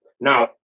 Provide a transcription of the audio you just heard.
Now